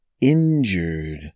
injured